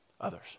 others